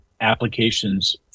applications